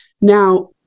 Now